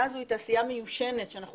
התעשייה הזו היא תעשייה מיושנת שאנחנו